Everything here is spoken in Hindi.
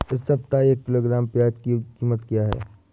इस सप्ताह एक किलोग्राम प्याज की कीमत क्या है?